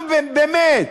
באמת.